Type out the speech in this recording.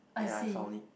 I see